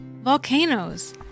volcanoes